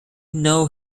know